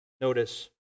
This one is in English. Notice